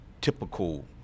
typical